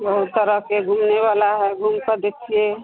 बहुत तरह के घूमने वाला है घूमकर देखिए